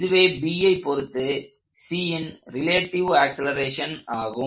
இதுவே Bஐ பொருத்து Cன் ரிலேட்டிவ் ஆக்ஸலரேஷன் ஆகும்